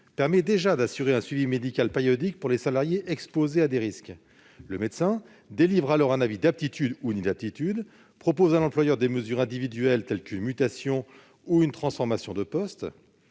permet déjà d'assurer un suivi médical périodique pour les salariés exposés à des risques. Le médecin délivre alors un avis d'aptitude ou d'inaptitude, et propose à l'employeur des mesures individuelles telles qu'une mutation ou une transformation de poste.